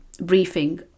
briefing